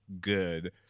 good